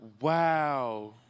Wow